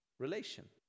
relation